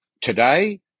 today